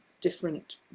different